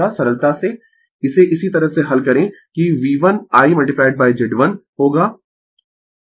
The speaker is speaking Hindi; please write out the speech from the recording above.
सरलता से इसे इसी तरह से हल करें कि V1 I Z1 होगा